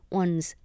one's